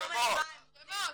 היום אם אני באה הם נותנים?